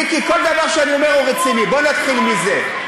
מיקי, כל דבר שאני אומר הוא רציני, בוא נתחיל מזה.